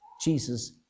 Jesus